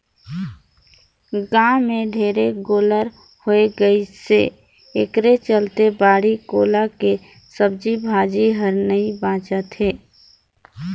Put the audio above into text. गाँव में ढेरे गोल्लर होय गइसे एखरे चलते बाड़ी कोला के सब्जी भाजी हर नइ बाचत हे